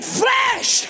flesh